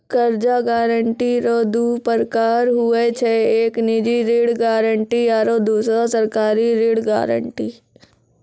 कर्जा गारंटी रो दू परकार हुवै छै एक निजी ऋण गारंटी आरो दुसरो सरकारी ऋण गारंटी